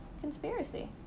conspiracy